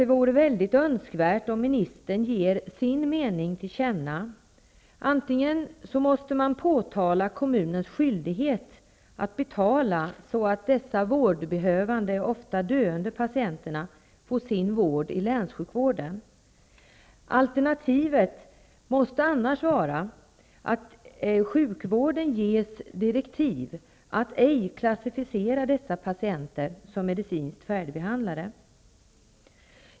Det vore önskvärt att ministern gav sin mening till känna. Antingen måste man påtala kommunens skyldighet att betala, så att dessa vårdbehövande patienter, ofta döende, får sin vård i länssjukvården, eller också måste sjukvården ges direktiv att ej klassificera dessa patienter som medicinskt färdigbehandlade.